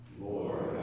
Lord